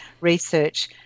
research